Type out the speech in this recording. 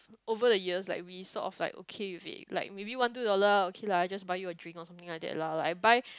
over the years like we sort of like okay with it like maybe one two dollar okay lah I just buy you a drink or something like that lah like I buy